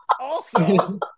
Awesome